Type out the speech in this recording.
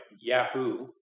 Yahoo